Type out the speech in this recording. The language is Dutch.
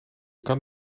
kan